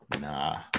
Nah